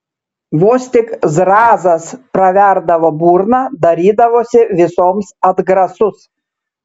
vos tik zrazas praverdavo burną darydavosi visoms atgrasus